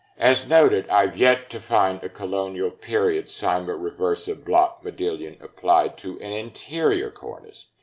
as noted, i've yet to find a colonial period cyma um but reversa block modillion applied to an interior cornice,